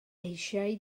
eisiau